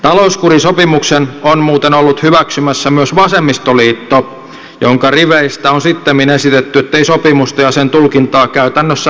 talouskurisopimuksen on muuten ollut hyväksymässä myös vasemmistoliitto jonka riveistä on sittemmin esitetty ettei sopimusta ja sen tulkintaa käytännössä noudatettaisi